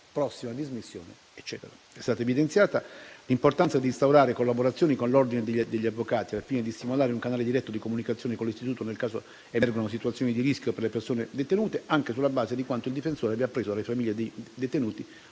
prossima dismissione e così via). È stata evidenziata l'importanza di instaurare collaborazioni con l'ordine degli avvocati, al fine di stimolare un canale diretto di comunicazione con l'istituto nel caso emergano situazioni di rischio per le persone detenute, anche sulla base di quanto il difensore abbia appreso dalle famiglie dei detenuti,